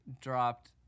dropped